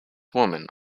women